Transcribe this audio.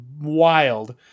wild